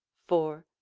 four,